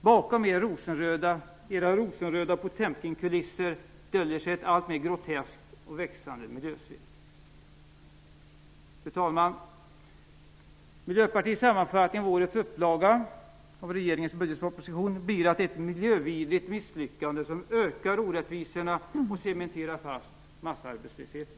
Bakom era rosenröda potemkinkulisser döljer sig ett alltmer groteskt och växande miljösvek. Fru talman! Miljöpartiets sammanfattning av årets upplaga av regeringens budgetproposition blir att den är ett miljövidrigt misslyckande, som ökar orättvisorna och cementerar fast massarbetslösheten.